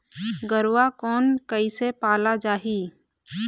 गरवा कोन कइसे पाला जाही?